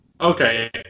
Okay